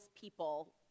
people